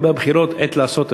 לגבי הבחירות: עת לעשות,